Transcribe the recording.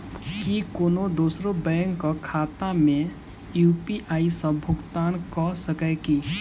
की कोनो दोसरो बैंक कऽ खाता मे यु.पी.आई सऽ भुगतान कऽ सकय छी?